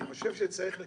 אני מבקשת.